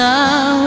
Now